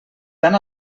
tan